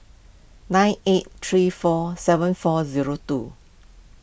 nine eight three four seven four zero two